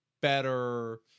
better